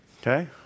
Okay